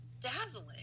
dazzling